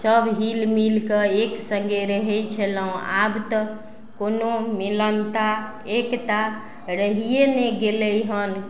सब हिल मिल कऽ एक सङ्गे रहय छलहुँ आब तऽ कोनो मिलनता एकता रहिये नहि गेलय हन